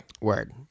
Word